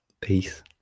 Peace